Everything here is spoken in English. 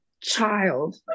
child